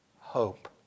hope